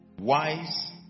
wise